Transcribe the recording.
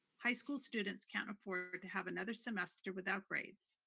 high school students can't afford to have another semester without grades,